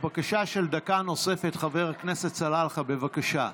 בקשה של דקה נוספת, חבר הכנסת סלאלחה, בבקשה.